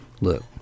look